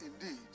indeed